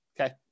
Okay